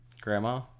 Grandma